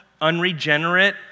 unregenerate